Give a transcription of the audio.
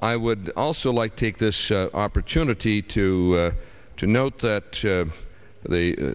i would also like take this opportunity to to note that the